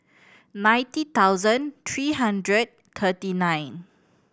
ninety thousand three hundred thirty nine